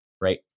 right